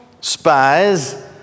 spies